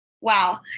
Wow